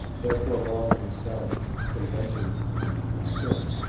therefore laws themselves could eventually become extinct.